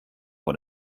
vor